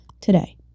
today